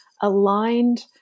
aligned